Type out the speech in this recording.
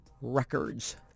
records